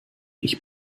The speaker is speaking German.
ich